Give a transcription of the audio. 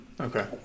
Okay